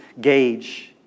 gauge